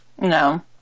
No